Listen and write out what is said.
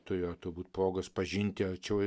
turėtų būt progos pažinti arčiau